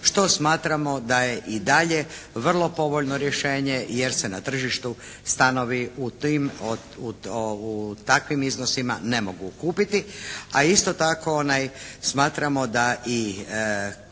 što smatramo da je i dalje vrlo povoljno rješenje jer se na tržištu stanovi u tim, u takvim iznosima ne mogu kupiti. A isto tako smatramo da i